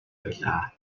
байлаа